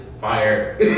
fire